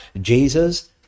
Jesus